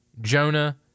Jonah